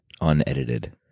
unedited